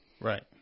Right